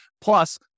Plus